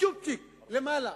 צ'ופצ'יק למעלה,